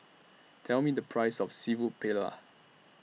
Tell Me The Price of Seafood Paella